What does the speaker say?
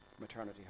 maternity